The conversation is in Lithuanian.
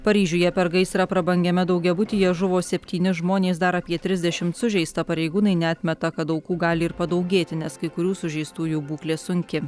paryžiuje per gaisrą prabangiame daugiabutyje žuvo septyni žmonės dar apie trisdešimt sužeista pareigūnai neatmeta kad aukų gali ir padaugėti nes kai kurių sužeistųjų būklė sunki